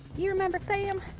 you remember sam,